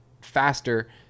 faster